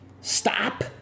stop